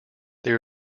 there